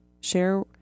Share